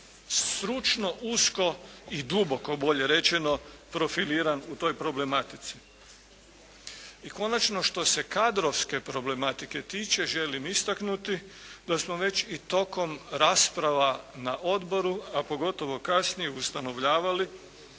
stručno usko i duboko bolje rečeno profiliran u toj problematici. I konačno, što se kadrovske problematike tiče želim istaknuti da smo već i tokom rasprava na odboru, a pogotovo kasnije ustanovljavali